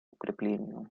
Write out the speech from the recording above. укреплению